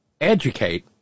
educate